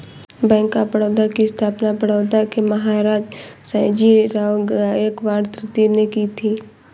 bank of Baroda की स्थापना बड़ौदा के महाराज सयाजीराव गायकवाड तृतीय ने की थी